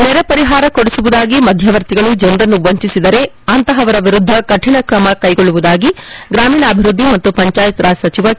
ನೆರೆ ಪರಿಹಾರ ಕೊಡಿಸುವುದಾಗಿ ಮಧ್ಯವರ್ತಿಗಳು ಜನರನ್ನು ವಂಚಿಸಿದರೆ ಅಂತಹವರ ವಿರುದ್ಧ ಕಠಿಣ ತ್ರಮ ಕೈಗೊಳ್ಳುವುದಾಗಿ ಗ್ರಾಮೀಣಾಭಿವೃದ್ಧಿ ಮತ್ತು ಪಂಚಾಯತ್ ರಾಜ್ ಸಚಿವ ಕೆ